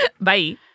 Bye